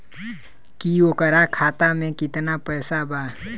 की ओकरा खाता मे कितना पैसा बा?